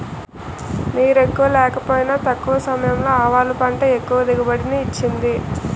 నీరెక్కువ లేకపోయినా తక్కువ సమయంలో ఆవాలు పంట ఎక్కువ దిగుబడిని ఇచ్చింది